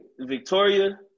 Victoria